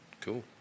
cool